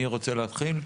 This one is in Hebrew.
מי רוצה להתחיל?